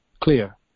clear